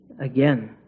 Again